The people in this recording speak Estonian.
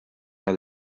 nad